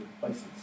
places